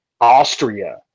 austria